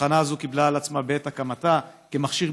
שהתחנה הזאת קיבלה על עצמה בעת הקמתה: מכשיר